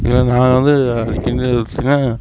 ஏன்னா நான் வந்து